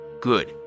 Good